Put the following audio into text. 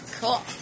cool